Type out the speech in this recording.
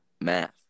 math